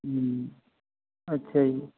ਹਮ ਅੱਛਾ ਜੀ